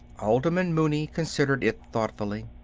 alderman mooney considered it thoughtfully.